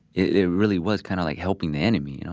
it really was kind of like helping the enemy, you know?